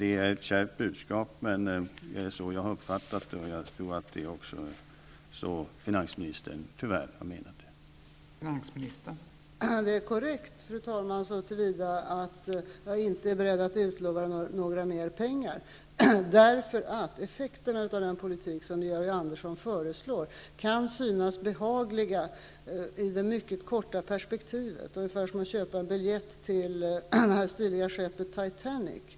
Det är ett kärvt budskap, men det är så jag har uppfattat det, och jag tror tyvärr att det också är så finansministern har menat det.